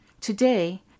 Today